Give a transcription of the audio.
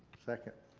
second.